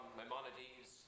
Maimonides